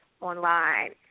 online